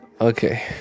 Okay